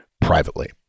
privately